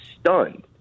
stunned